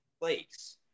place